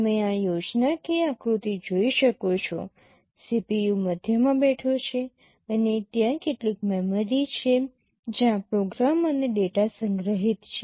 તમે આ યોજનાકીય આકૃતિ જોઈ શકો છો CPU મધ્યમાં બેઠો છે અને ત્યાં કેટલીક મેમરી છે જ્યાં પ્રોગ્રામ અને ડેટા સંગ્રહિત છે